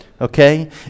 Okay